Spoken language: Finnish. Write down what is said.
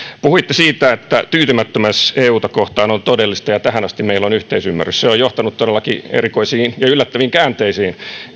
puhuitte siitä että tyytymättömyys euta kohtaan on todellista ja tähän asti meillä on yhteisymmärrys se on johtanut todellakin erikoisiin ja yllättäviin käänteisiin